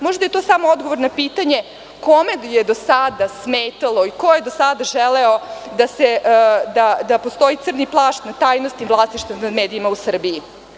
Možda je to samo odgovor na pitanje kome je do sada smetalo i ko je do sada želeo da postoji crni plašt na tajnosti vlasništva nad medijima u Srbiji.